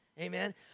Amen